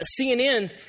CNN